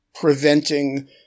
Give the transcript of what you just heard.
preventing